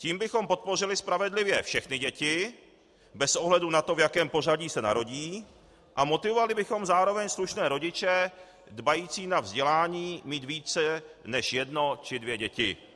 Tím bychom podpořili spravedlivě všechny děti bez ohledu na to, v jakém pořadí se narodí, a motivovali bychom zároveň slušné rodiče, dbající na vzdělání, mít více než jedno či dvě děti.